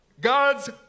God's